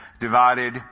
divided